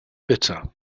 bitter